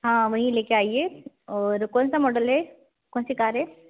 हाँ वहीं लेकर आइए और कौन सा मॉडल कौन सी कार है